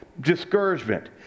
discouragement